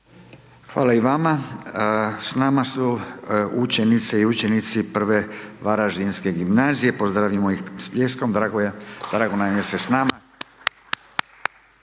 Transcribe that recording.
Hvala i vama. S nama su učenice i učenici Prve varaždinske gimnazije. Pozdravimo ih s pljeskom, drago nam je da ste